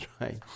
right